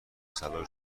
صلاح